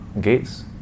gates